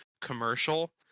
commercial